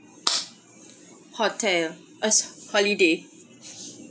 hotel uh holiday